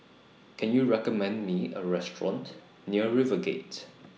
Can YOU recommend Me A Restaurant near RiverGate